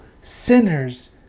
sinners